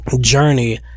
journey